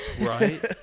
Right